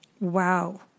Wow